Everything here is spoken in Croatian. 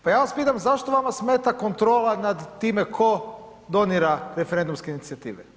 Pa ja vas pitam zašto vama smeta kontrola nad time tko donira referendumske inicijative.